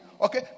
okay